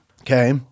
okay